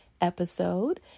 episode